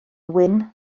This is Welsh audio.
wyn